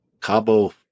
Cabo